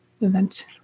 event